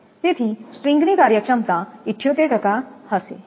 તેથી સ્ટ્રિંગ ની કાર્યક્ષમતા 78 હશે